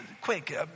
quick